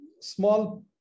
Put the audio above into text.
small